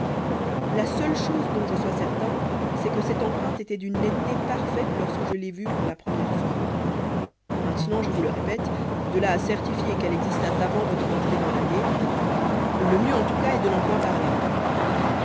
la seule chose dont je sois certain c'est que cette empreinte était d'une netteté parfaite lorsque je l'ai vue pour la première fois maintenant je vous le répète de là à certifier qu'elle existât avant votre entrée dans l'allée le mieux en tout cas est de n'en point parler